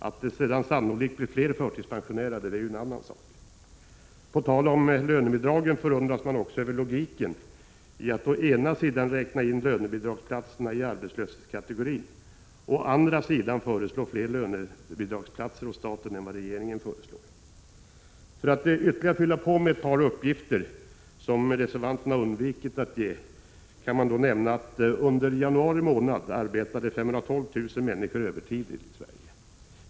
Att det sedan sannolikt blir fler förtidspensionerade är ju en annan sak. På tal om lönebidragen förundras man också över logiken: att å ena sidan räkna in lönebidragsplatserna i arbetslöshetskategorin, å andra sidan föreslå fler lönebidragsplatser hos staten än vad regeringen föreslår. För att fylla på med ytterligare ett par uppgifter som reservanterna undvikit att lämna, kan jag nämna att under januari månad 512 000 människor arbetade övertid i Sverige.